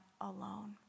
alone